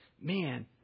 man